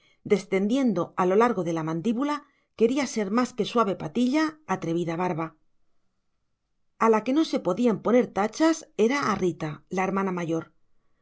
descendiendo a lo largo de la mandíbula quería ser más que suave patilla atrevida barba a la que no se podían poner tachas era a rita la hermana mayor